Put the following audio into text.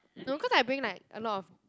no cause I bring like a lot of